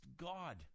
God